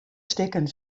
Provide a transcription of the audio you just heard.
stikken